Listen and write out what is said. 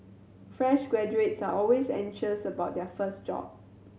fresh graduates are always anxious about their first job